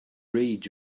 read